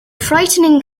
frightening